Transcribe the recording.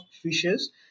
fishes